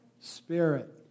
spirit